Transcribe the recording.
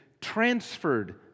transferred